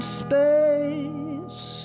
space